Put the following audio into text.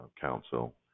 Council